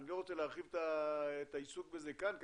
אני לא רוצה להרחיב את העיסוק כאן כרגע.